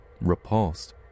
Repulsed